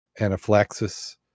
anaphylaxis